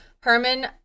Herman